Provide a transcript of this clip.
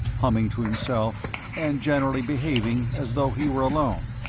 humming to himself and generally behaving as though he were alone.